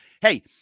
hey